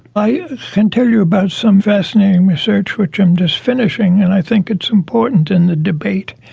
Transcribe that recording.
i can tell you about some fascinating research which i'm just finishing and i think it's important in the debate.